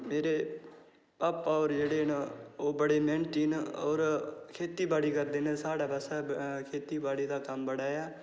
मेरे पापा होर जेह्ड़े न ओह् बड़े मैह्नती न होर खेती बाड़ी करदे साढ़े बास्तै खेती बाड़ी दा कम्म बड़ा ऐ